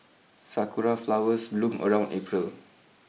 sakura flowers bloom around April